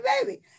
baby